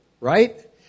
right